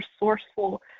resourceful